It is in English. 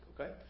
Okay